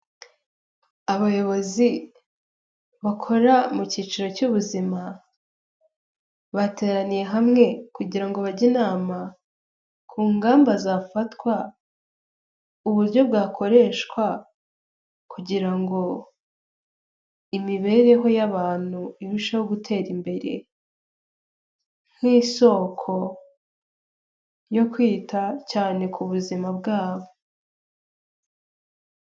Abayobozi bakora mu cyiciro cy'ubuzima, bateraniye hamwe kugira ngo bajye inama ku ngamba zafatwa, uburyo bwakoreshwa kugira ngo imibereho y'abantu irusheho gutera imbere nk'isoko yo kwita cyane ku buzima bwabo.